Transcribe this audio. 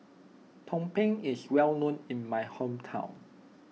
Tumpeng is well known in my hometown